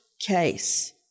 case